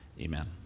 Amen